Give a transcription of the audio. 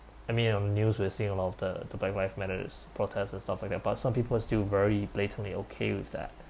I mean um news we're seeing a lot of the the black life matters protest and stuff like that but some people are still very blatantly okay with that